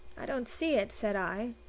i don't see it, said i.